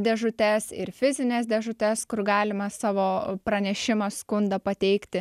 dėžutes ir fizines dėžutes kur galima savo pranešimą skundą pateikti